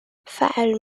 فعل